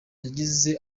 yagize